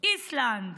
איסלנד,